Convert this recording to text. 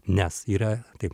nes yra taip